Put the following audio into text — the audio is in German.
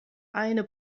eine